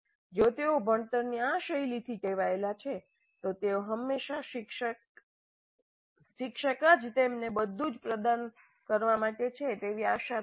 જો તેઓ ભણતરની આ શૈલીથી ટેવાયેલા છે તો તેઓ હંમેશાં શિક્ષક જ તેમને બધું જ પ્રદાન કરવા માટે છે તેવી આશા રાખે છે